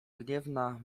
gniewna